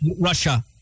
Russia